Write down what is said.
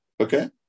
Okay